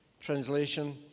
Translation